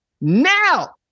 now